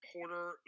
Porter